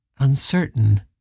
uncertain